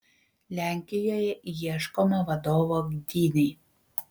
lenkijoje ieškoma vadovo gdynei